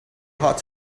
hard